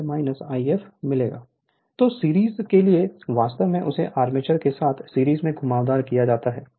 Refer Slide Time 1342 तो series के लिए वास्तव में उस आर्मेचर के साथ सीरीज में घुमावदार किया जा रहा है